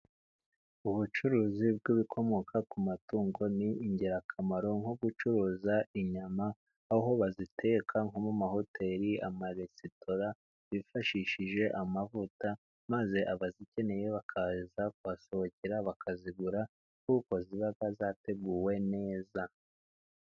Ubucuruzi bw'ibikomoka ku matungo ni ingirakamaro, nko gucuruza inyama aho baziteka nko mu mahoteli, amaresitora bifashishije amavuta, maze abazikeneye bakaza kuhasohokera bakazigura, kuko ziba zateguwe neza.